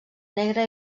negre